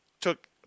took